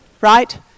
right